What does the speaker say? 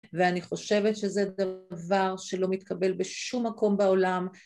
ואני חושבת שזה דבר שלא מתקבל בשום מקום בעולם.